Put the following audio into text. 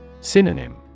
Synonym